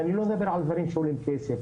ואני לא מדבר על דברים שעולים כסף,